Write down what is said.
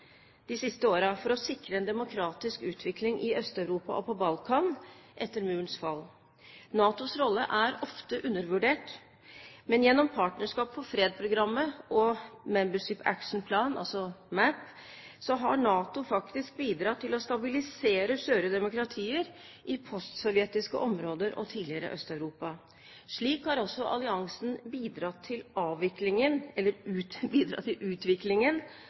de siste årene for å sikre en demokratisk utvikling i Øst-Europa og på Balkan etter Murens fall. NATOs rolle er ofte undervurdert, men gjennom Partnerskap for fred-programmet og Membership Action Plan, altså MAP, har NATO faktisk bidratt til å stabilisere skjøre demokratier i post-sovjetiske områder og tidligere Øst-Europa. Slik har også alliansen bidratt til